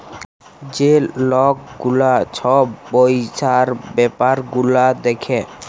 যে লক গুলা ছব পইসার ব্যাপার গুলা দ্যাখে